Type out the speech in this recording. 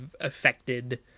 affected